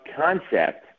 concept